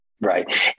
right